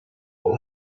will